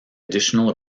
additional